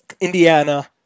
Indiana